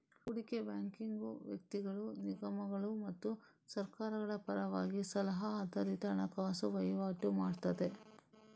ಹೂಡಿಕೆ ಬ್ಯಾಂಕಿಂಗು ವ್ಯಕ್ತಿಗಳು, ನಿಗಮಗಳು ಮತ್ತು ಸರ್ಕಾರಗಳ ಪರವಾಗಿ ಸಲಹಾ ಆಧಾರಿತ ಹಣಕಾಸು ವೈವಾಟು ಮಾಡ್ತದೆ